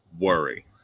worry